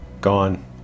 gone